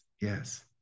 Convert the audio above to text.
yes